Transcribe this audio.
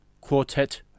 Quartet